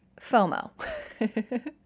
FOMO